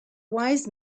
wise